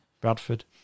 Bradford